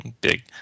big